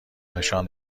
نشان